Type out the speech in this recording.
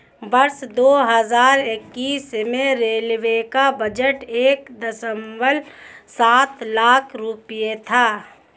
वर्ष दो हज़ार इक्कीस में रेलवे का बजट एक दशमलव सात लाख रूपये था